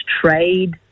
trade